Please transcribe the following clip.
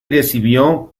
recibió